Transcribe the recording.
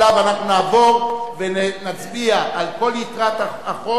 ונעבור ונצביע על כל יתרת החוק.